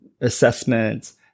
assessments